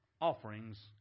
offerings